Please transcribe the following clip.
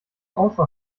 also